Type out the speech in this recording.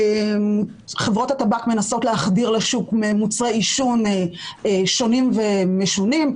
חברות הטבק מנסות להחדיר לשוק מוצרי עישון שונים ומשונים,